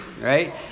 right